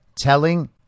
telling